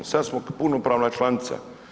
Sada smo punopravna članica.